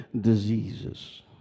diseases